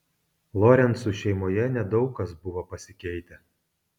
lorencų šeimoje nedaug kas buvo pasikeitę